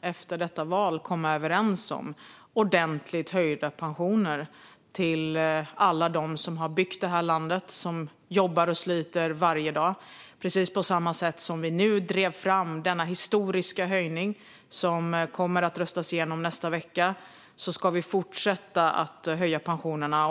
efter detta val kan komma överens om ordentligt höjda pensioner till alla dem som har byggt det här landet och som har jobbat och slitit varje dag. Precis på samma sätt som vi nu drivit fram denna historiska höjning, som kommer att röstas igenom nästa vecka, ska vi fortsätta att höja pensionerna.